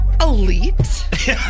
elite